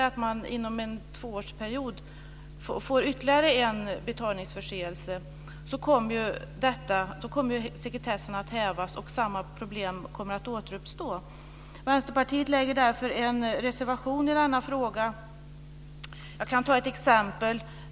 Om man får ytterligare en betalningsförseelse inom en tvåårsåperiod kommer sekretessen att hävas och samma problem återuppstår. Vänsterpartiet lägger därför en reservation i denna fråga. Jag kan ge ett exempel.